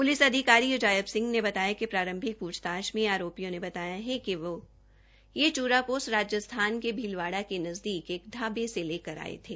police अधिकारी अजायब सिंह ने बताया कि प्रारंभिग पूछताछ में आरोपियों ने बताया कि वो चूरापोस्त् राजस्थान के भिलवाड़ा के नज़दीक एक ढावे से लेकर आये थे